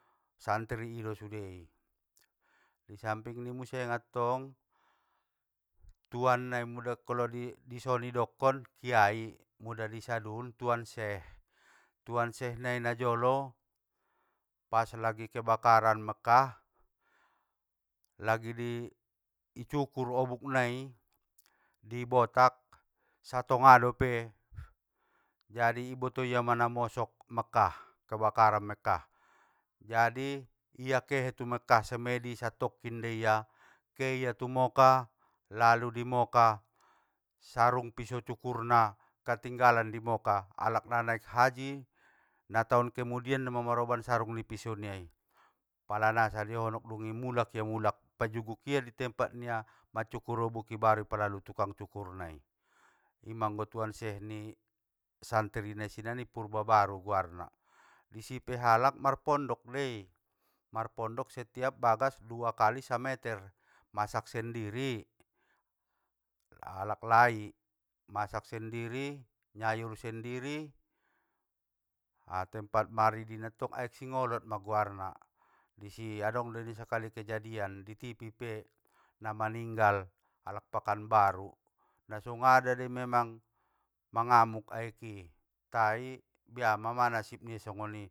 Santri ido sude, samping ni i muse attong, tuan ni muda klo anggo isonidokon kyai, muda i sadun tuan syekh, tuan syekh nai najolo, pas lagi kebakaran mekkah, lagi di i cukur obuk nai, dibotak, satonga dope, jadi iboto ia ma namosok mekkah, kebakaran mekkah, jadi ia kehe tu mekkah semedi satokkin deia, ke ia tumokkah lalu dimokkah, sarung piso cukur na katinggalan di mokkah, alakna naik haji, na taon kemudian doma manroban sarung nipiso niai, palana sadia onok dungi mulak ia mulak pajugukia di tempat nia mancukur obuk i baru i palalu tukang cukurnai. Ima anggo tuan syekh ni santri naisinan ni purba baru guarna, disipe halak marpondok dei, marpondok setiap bagas dua kali sameter, masak sendiri, alaklai, masak sendiri, nyayur sendiri, a tempat maridina tong aek singolot ma guarna, disi adong deoi nasakali kejadian, ditipi pe namaninggal alak pakanbaru, na dungada de memang mangamuk aeki tai biama mang nasib nia songoni.